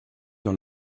dans